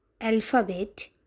alphabet